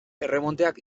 erremonteak